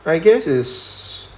I guess is